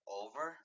over